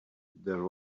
there